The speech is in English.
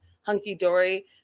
hunky-dory